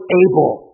able